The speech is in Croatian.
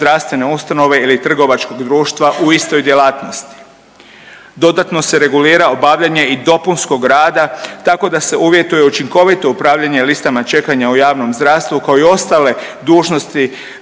zdravstvene ustanove ili trgovačkog društva u istoj djelatnosti. Dodatno se regulira obavljanje i dopunskog rada tako da se uvjetuje učinkovito upravljanje listama čekanja u javnom zdravstvu kao i ostale dužnosti